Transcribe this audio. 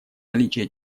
наличие